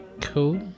cool